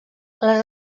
les